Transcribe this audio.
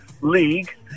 league